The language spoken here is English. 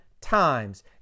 times